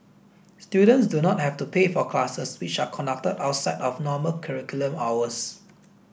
students do not have to pay for the classes which are conducted outside of normal curriculum hours